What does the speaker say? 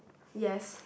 yes